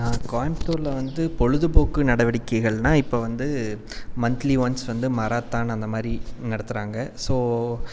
கோயமுத்தூரில் வந்து பொழுதுபோக்கு நடவடிக்கைகள்னால் இப்போ வந்து மந்த்லி ஒன்ஸ் வந்து மராத்தான் அந்த மாதிரி நடத்துகிறாங்க ஸோ